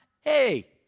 hey